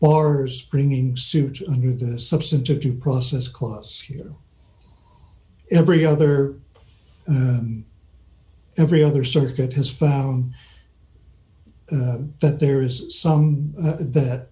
well hours bringing suit under the substantive due process clause here every other every other circuit has found that there is some that